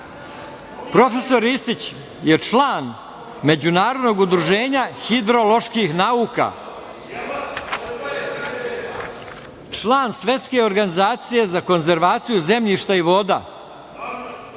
Ristić je član Međunarodnog udruženja hidroloških nauka, član Svetske organizacije za konzervaciju zemljišta i voda,